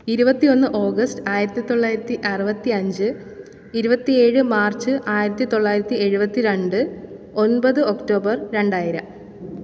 ഇരുപത്തി ഒന്ന് ഓഗസ്റ്റ് ആയിരത്തി തൊള്ളായിരത്തി അറുപത്തി അഞ്ച് ഇരുപത്തി ഏഴ് മാർച്ച് ആയിരത്തി തൊള്ളായിരത്തി ഏഴുപത്തി രണ്ട് ഒൻപത് ഒക്ടോബർ രണ്ടായിരം